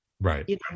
Right